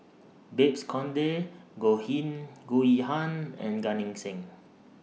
Babes Conde Goh Him Goh Yihan and Gan Eng Seng